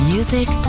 Music